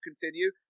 continue